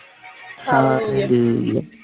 Hallelujah